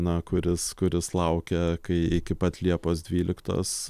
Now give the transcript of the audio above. na kuris kuris laukia kai iki pat liepos dvyliktos